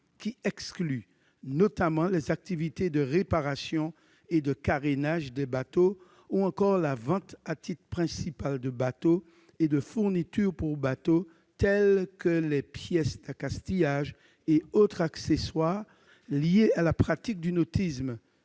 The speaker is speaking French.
du dispositif notamment les activités de réparation et de carénage des bateaux ou encore la vente à titre principal de bateaux et de fournitures pour bateaux, tels que les pièces d'accastillage et autres accessoires liés à la pratique du nautisme,